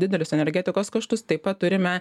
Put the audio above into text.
didelius energetikos kaštus taip pat turime